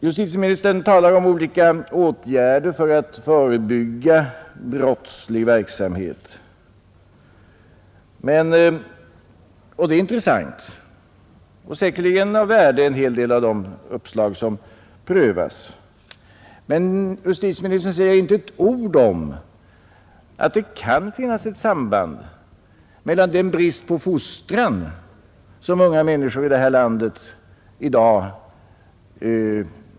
Sedan talar statsrådet också om olika åtgärder för att förebygga brottslig verksamhet, och det är intressant. Säkerligen är också en hel del av de uppslag som prövas av värde. Men justitieministern säger inte ett ord om att det kan finnas ett samband med bristen på fostran av de unga människorna här i landet.